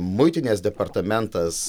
muitinės departamentas